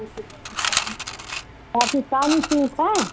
Pakistani suit ہیں